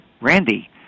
Randy